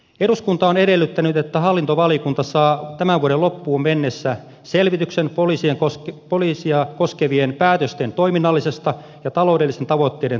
eduskunta on edellyttänyt että hallintovaliokunta saa tämän vuoden loppuun mennessä selvityksen poliisia koskevien päätösten toiminnallisten ja taloudellisten tavoitteiden toteutumisesta